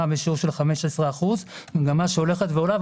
בשיעור של 15%. זו מגמה שהולכת ועולה,